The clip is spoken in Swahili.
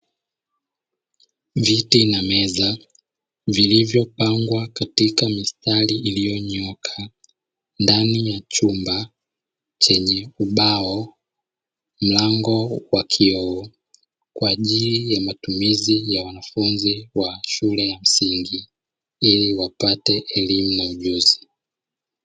Viti na meza vilivyopangwa katika mistari iliyonyooka ndani ya chumba chenye ubao, mlango wa kioo kwaajili ya matumizi ya wanafunzi wa shule ya msingi ili wapate elimu na ujuzi .